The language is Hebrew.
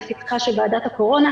שהם לא יהיו בעלי הצדקה לעשות אותם,